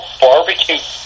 barbecue